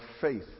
faith